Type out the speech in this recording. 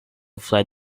fled